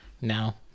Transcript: now